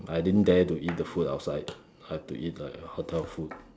I didn't dare to eat the food outside I had to eat like hotel food